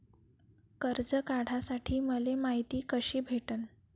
कर्ज काढासाठी मले मायती कशी भेटन?